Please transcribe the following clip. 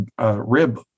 rib